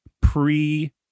pre